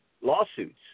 lawsuits